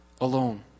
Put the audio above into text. alone